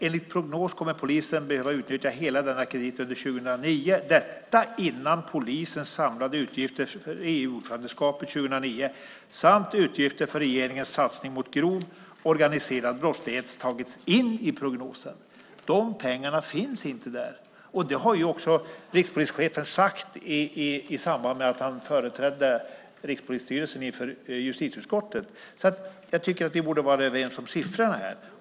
Enligt prognos kommer polisen att behöva utnyttja hela denna kredit under 2009 - detta innan polisens samlade utgifter för EU-ordförandeskapet 2009 samt utgifter för regeringens satsning mot grov organiserad brottslighet tagits in i prognosen. De pengarna finns inte där. Det har också rikspolischefen sagt i samband med att han företrädde Rikspolisstyrelsen inför justitieutskottet. Jag tycker att vi borde vara överens om siffrorna här.